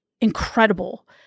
incredible